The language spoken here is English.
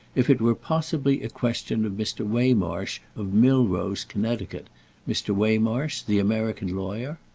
if it were possibly a question of mr. waymarsh of milrose connecticut mr. waymarsh the american lawyer.